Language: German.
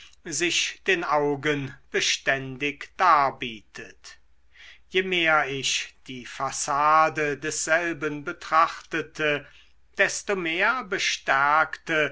sich den augen beständig darbietet je mehr ich die fassade desselben betrachtete desto mehr bestärkte